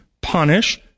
punish